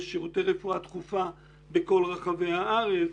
יש שירותי רפואה דחופה בכל רחבי הארץ,